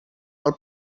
del